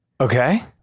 Okay